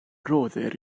roddir